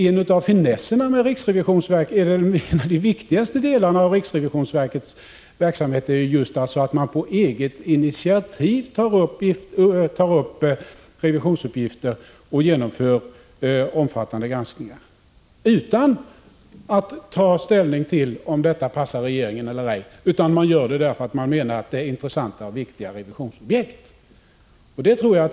En av finesserna och en av de viktigaste delarna av riksrevisionsverkets verksamhet är just att man på eget initiativ tar upp revisionsuppgifter och genomför omfattande granskningar utan att ta ställning till om detta passar regeringen eller inte. Man gör det därför att man tycker att det är intressanta och viktiga revisionsobjekt.